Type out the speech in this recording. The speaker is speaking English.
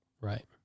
Right